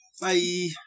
bye